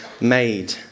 made